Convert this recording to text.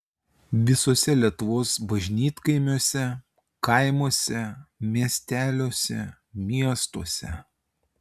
visuose lietuvos bažnytkaimiuose kaimuose miesteliuose miestuose